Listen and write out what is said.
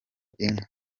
inka